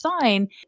sign